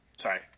sorry